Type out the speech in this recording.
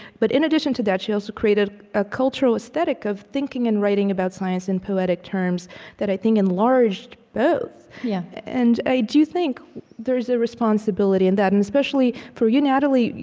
but in addition to that, she also created a cultural aesthetic of thinking and writing about science in poetic terms that, i think, enlarged both yeah and i do think there is a responsibility in that and especially for you, natalie,